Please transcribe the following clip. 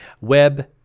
web